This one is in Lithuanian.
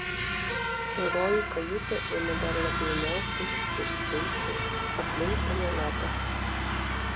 siauroji kajutė ėmė dar labiau niauktis ir speistis aplink penelopę